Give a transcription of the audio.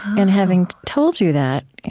and having told you that,